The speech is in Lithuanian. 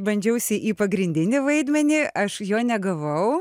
bandžiausi į pagrindinį vaidmenį aš jo negavau